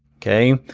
okay,